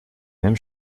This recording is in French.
mêmes